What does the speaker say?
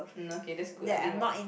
mm okay that's good I didn't watch